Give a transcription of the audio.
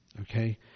Okay